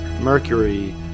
Mercury